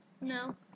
No